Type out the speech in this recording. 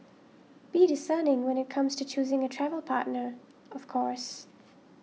be discerning when it comes to choosing a travel partner of course